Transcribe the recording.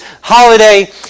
holiday